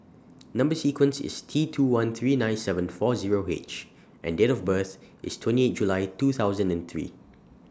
Number sequence IS T two one three nine seven four Zero H and Date of birth IS twenty eight July two thousand and three